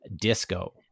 Disco